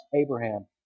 Abraham